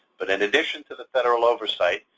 but and addition to the federal oversight,